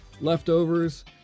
leftovers